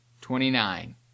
Twenty-nine